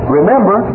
Remember